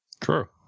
True